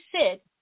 sit